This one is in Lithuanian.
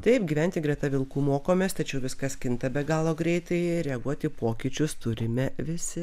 taip gyventi greta vilkų mokomės tačiau viskas kinta be galo greitai ir reaguoti į pokyčius turime visi